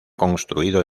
construido